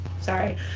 Sorry